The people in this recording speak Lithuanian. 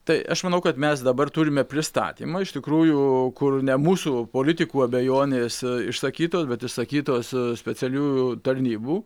tai aš manau kad mes dabar turime pristatymą iš tikrųjų kur ne mūsų politikų abejonės išsakytos bet išsakytos specialiųjų tarnybų